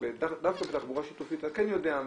דווקא בתחבורה שיתופית אתה כן יודע,